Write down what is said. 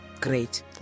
great